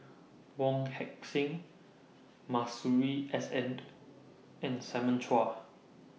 Wong Heck Sing Masuri S N and Simon Chua